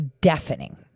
deafening